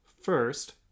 First